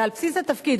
ועל בסיס התפקיד,